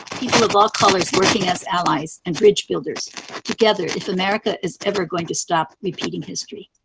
people of all colors working as allies and bridge builders together if america is ever going to stop repeating history.